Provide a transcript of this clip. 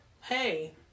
hey